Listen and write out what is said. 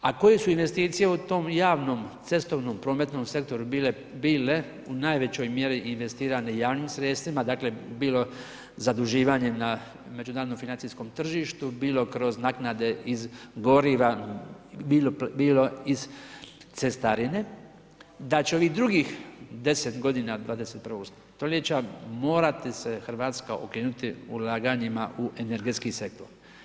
A koje su investicije u tom javnom, cestovnom prometnom sektoru bile u najvećoj mjeri investirane javnim sredstvima, dakle, bilo zaduživanje na međunarodnom financijskom tržištu, bilo kroz naknade iz goriva, bilo iz cestarine, da će ovih drugih 10 g. 21. stoljeća morati se Hrvatska ukinuti ulaganjima u energetski sektor.